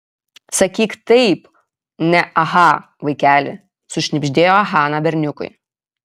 sakyk taip ne aha vaikeli sušnibždėjo hana berniukui